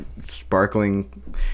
sparkling